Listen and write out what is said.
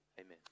amen